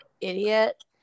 idiot